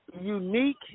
unique